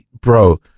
bro